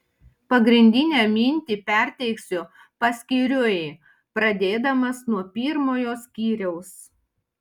pagrindinę mintį perteiksiu paskyriui pradėdamas nuo pirmojo skyriaus